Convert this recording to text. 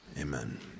Amen